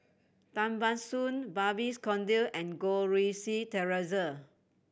Tan Ban Soon Babes Conde and Goh Rui Si Theresa